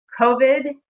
COVID